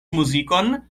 muzikon